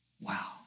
Wow